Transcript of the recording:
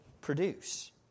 produce